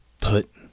Put